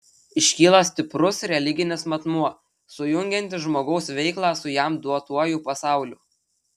iškyla stiprus religinis matmuo sujungiantis žmogaus veiklą su jam duotuoju pasauliu